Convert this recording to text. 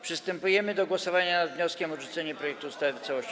Przystępujemy do głosowania nad wnioskiem o odrzucenie projektu ustawy w całości.